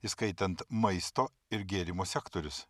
įskaitant maisto ir gėrimų sektorius